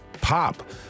pop